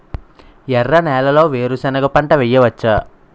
ఎర్ర నేలలో వేరుసెనగ పంట వెయ్యవచ్చా?